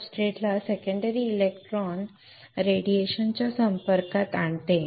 ते सब्सट्रेटला secondary electron radiation च्या संपर्कात आणते